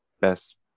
best